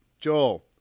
Joel